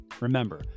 remember